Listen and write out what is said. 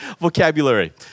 vocabulary